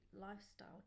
lifestyle